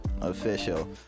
official